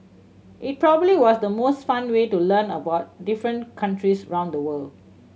it probably was the most fun way to learn about different countries round the world